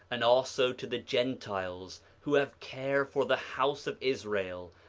and also to the gentiles who have care for the house of israel,